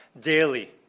daily